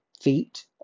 feet